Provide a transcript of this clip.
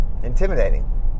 intimidating